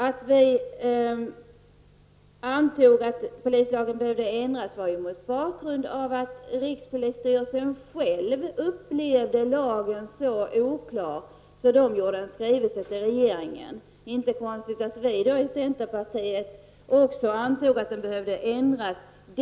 Att vi antog att polislagen behövde ändras berodde på att rikspolisstyrelsen själv upplevde lagen så oklar att man skrev till regeringen. Det är då inte konstigt att vi i centerpartiet också antog att den behövde ändras.